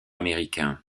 américain